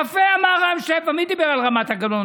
יפה אמר רם שפע, מי דיבר על רמת הגולן?